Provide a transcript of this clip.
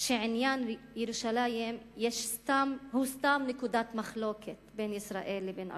שעניין ירושלים הוא סתם נקודת מחלוקת בין ישראל לבין ארצות-הברית.